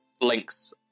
links